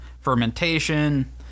fermentation